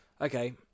okay